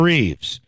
Reeves